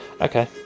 Okay